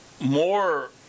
more